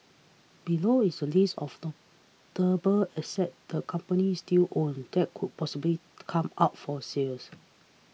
below is a list of not table assets the companies still own that could possibly come up for sales